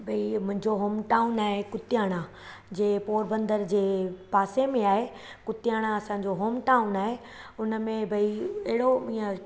भई मुंहिंजो home town आहे कुतियाणा जे पोरबंदर जे पासे में आहे कुतियाणा असांजो हॉम टाउन आहे उन में भई अहिड़ो ईअं